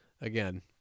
again